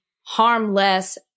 harmless